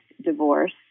divorce